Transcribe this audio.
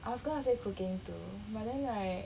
I was gonna say cooking too but then right